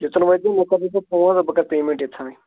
یوٚتن وٲتِو مےٚ کٔرزیۄ تُہۍ فون بہِ کٔرٕ پیمینٹ ییٚتتھنٕے